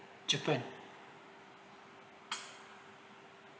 japan